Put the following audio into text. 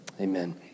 Amen